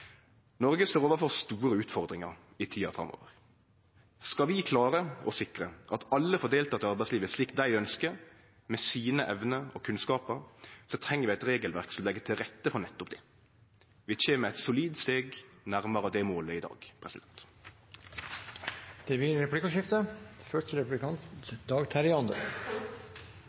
Noreg står overfor store utfordringar i tida framover. Skal vi klare å sikre at alle får delta i arbeidslivet slik dei ønskjer, med sine evner og kunnskapar, treng vi eit regelverk som legg til rette for nettopp det. Vi kjem eit solid steg nærmare det målet i dag. Det blir replikkordskifte.